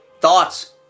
thoughts